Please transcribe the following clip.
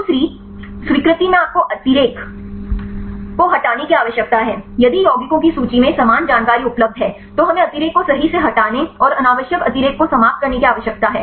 दूसरी स्वीकृति में आपको अतिरेक को हटाने की आवश्यकता है यदि यौगिकों की सूची में समान जानकारी उपलब्ध है तो हमें अतिरेक को सही से हटाने और अनावश्यक अतिरेक को समाप्त करने की आवश्यकता है